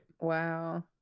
Wow